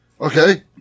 Okay